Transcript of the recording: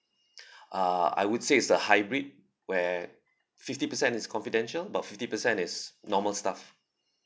uh I would say it's a hybrid where fifty percent is confidential about fifty percent is normal stuff